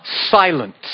silent